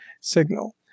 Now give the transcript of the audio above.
signal